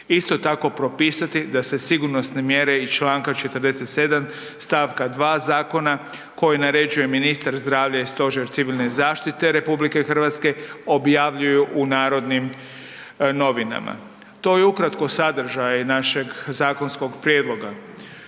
Isto tako, propisati da se sigurnosne mjere iz čl. 47. st. 2. zakona, koji naređuje ministar zdravlja i Stožer civilne zaštite RH, objavljuju u Narodnim novinama. To je ukratko sadržaj našeg zakonskog prijedloga.